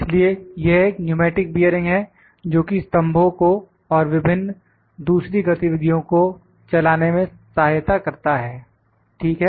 इसलिए यह एक न्यूमेटिक बियरिंग है जोकि स्तंभों को और विभिन्न दूसरी गतिविधियों को चलाने में सहायता करता है ठीक है